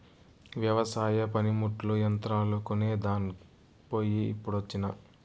వెవసాయ పనిముట్లు, యంత్రాలు కొనేదాన్ పోయి ఇప్పుడొచ్చినా